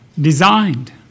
designed